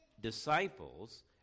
disciples